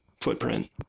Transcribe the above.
footprint